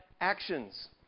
actions